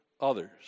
others